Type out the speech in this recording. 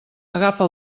agafa